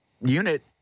unit